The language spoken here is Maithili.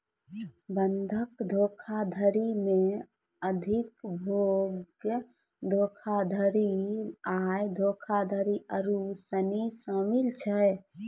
बंधक धोखाधड़ी मे अधिभोग धोखाधड़ी, आय धोखाधड़ी आरु सनी शामिल छै